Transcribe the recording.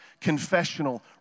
confessional